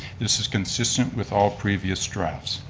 this is consistent with all previous drafts.